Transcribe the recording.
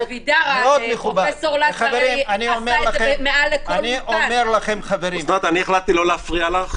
--- אני לא הפרעתי לך.